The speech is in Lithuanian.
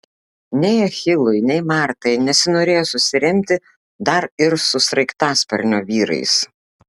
nei achilui nei martai nesinorėjo susiremti dar ir su sraigtasparnio vyrais